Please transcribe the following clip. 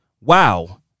wow